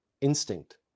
instinct